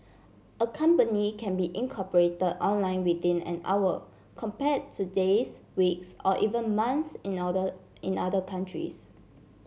a company can be incorporate online within an hour compare to days weeks or even months in in other countries